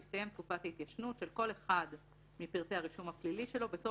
תסתיים תקופת ההתיישנות של כל אחד מפרטי הרישום הפלילי שלו בתום